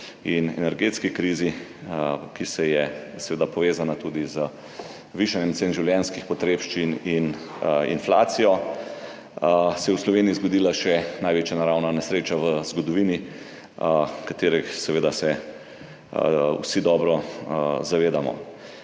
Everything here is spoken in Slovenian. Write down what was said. in energetski krizi, ki je seveda povezana tudi z višanjem cen življenjskih potrebščin in inflacijo, se je v Sloveniji zgodila še največja naravna nesreča v zgodovini, ki se je seveda vsi dobro zavedamo.